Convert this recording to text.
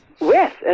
Yes